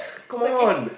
come on